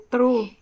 True